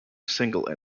single